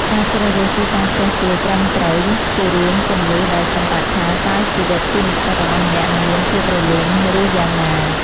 ការជ្រើសរើសទីតាំងផ្ទះជួលត្រឹមត្រូវជារឿងគន្លឹះដែលសម្រេចថា តើជីវិតជានិស្សិតរបស់អ្នកនឹងមានភាពរលូនឬយ៉ាងណា។